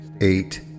eight